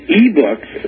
e-books